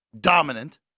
dominant